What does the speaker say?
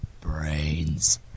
brains